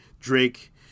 Drake